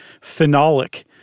phenolic